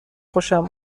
خوشم